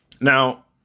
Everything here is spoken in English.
Now